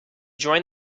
joined